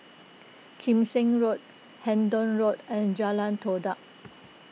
Kim Seng Road Hendon Road and Jalan Todak